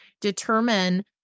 determine